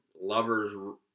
lovers